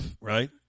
right